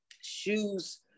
shoes